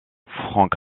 frank